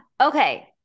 okay